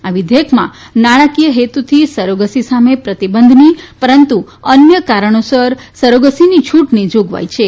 આ વિધેયકમાં નાણાંકીય હેતુથી સરોગસી સામે પ્રતિબંધની પરંતુ અન્ય કારણોસર સરોગસીની છુટની જોગવાઇ છે